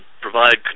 provide